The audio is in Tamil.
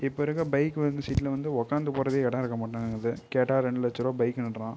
இப்போ இருக்க பைக்கு வந்து சீட்டில் வந்து உட்காந்து போகறதே இடோம் இருக்க மாட்டேங்குது கேட்டா ரெண்டு லட்சரூவா பைக்குனுன்றான்